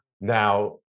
now